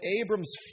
Abram's